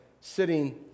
sitting